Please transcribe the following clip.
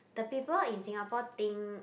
the people in Singapore think